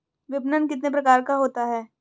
विपणन कितने प्रकार का होता है?